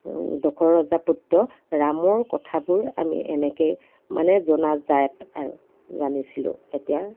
দশৰথ ৰজাৰ পুত্ৰ ৰামৰ কথাবোৰ আমি এনেকৈয়ে মানে জনাজাত আৰু জানিছিলোঁ এতিয়া